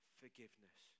forgiveness